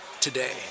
today